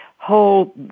Whole